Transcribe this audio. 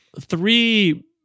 three